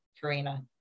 Karina